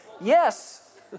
yes